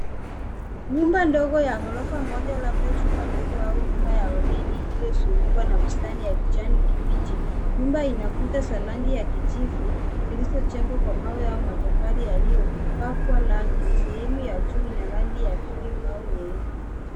Nyumba ndogo ya ghorofa moja, labda jumba ndogo au nyumba ya wageni iliyozungukwa na bustani ya kijani kibichi. Nyumba ina kuta za rangi ya kijivu zilizojengwa kwa mawe au matofali yaliyopakwa rangi na sehemu ya juu ina rangi ya cream au nyeupe.